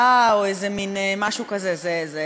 זו פסיקה שנוגעת לשוויון,